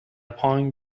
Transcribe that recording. پانگ